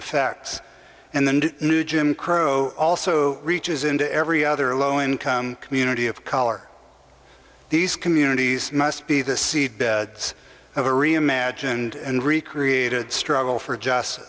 effects in the new jim crow also reaches into every other low income community of color these communities must be the seed beds of a reimagined and recreated struggle for just